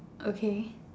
okay